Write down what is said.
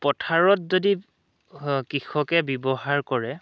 পথাৰত যদি কৃষকে ব্যৱহাৰ কৰে